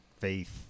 faith